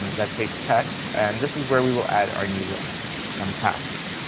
that takes text. and this is where we will add our new um tasks.